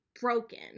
broken